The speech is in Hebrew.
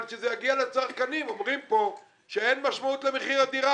אבל כשזה יגיע לצרכנים אומרים פה שאין משמעות למחיר הדירה,